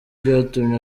byatumye